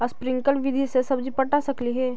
Sprinkle विधि से सब्जी पटा सकली हे?